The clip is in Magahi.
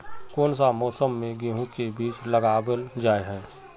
कोन सा मौसम में गेंहू के बीज लगावल जाय है